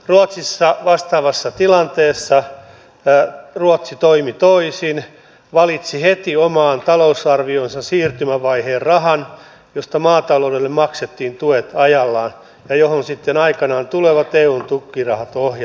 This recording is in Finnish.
ruotsissa vastaavassa tilanteessa ruotsi toimi toisin valitsi heti omaan talousarvioonsa siirtymävaiheen rahan josta maataloudelle maksettiin tuet ajallaan ja johon sitten aikanaan tulevat eun tukirahat ohjataan